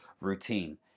routine